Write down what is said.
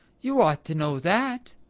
you ought to know that.